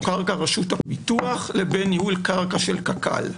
קרקע רשות הפיתוח לבין ניהול קרקע של קק"ל,